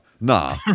nah